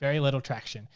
very little traction.